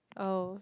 oh